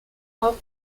auch